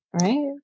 right